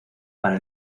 para